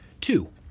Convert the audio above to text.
Two